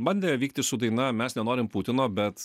bandė vykti su daina mes nenorim putino bet